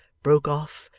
broke off,